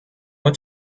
went